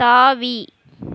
தாவி